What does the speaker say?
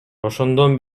ошондон